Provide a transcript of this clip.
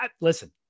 Listen